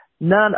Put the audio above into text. none